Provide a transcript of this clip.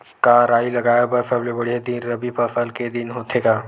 का राई लगाय बर सबले बढ़िया दिन रबी फसल के दिन होथे का?